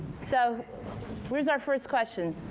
so where's our first question?